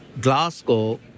Glasgow